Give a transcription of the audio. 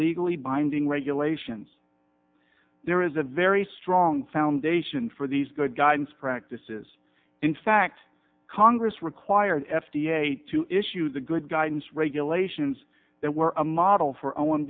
legally binding regulations there is a very strong foundation for these good guidance practices in fact congress required f d a to issue the good guidance regulations that were a model for o